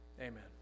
Amen